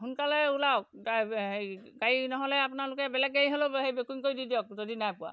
সোনকালে ওলাওক হেৰি গাড়ী নহ'লে আপোনালোকে বেলেগ গাড়ী হ'লেও সেই বুকিং কৰি দি দিয়ক যদি নাই পোৱা